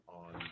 on